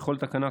בכל תחנה,